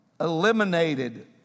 eliminated